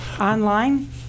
Online